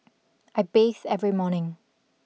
I bathe every morning